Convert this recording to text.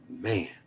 man